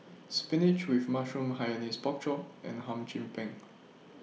Spinach with Mushroom Hainanese Pork Chop and Hum Chim Peng